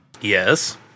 Yes